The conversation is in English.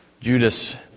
Judas